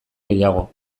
gehiago